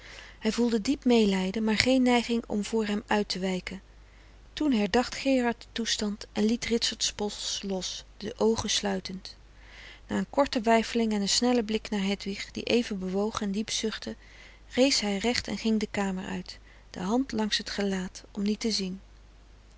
hij voelde diep meelijden maar geen neiging om voor hem uit te wijken toen herdacht gerard den toestand en liet ritsert's pols los de oogen sluitend na een korte weifeling en een snellen blik naar hedwig die even bewoog en diep zuchtte rees hij recht en ging de kamer uit de hand langs t gelaat om niet te zien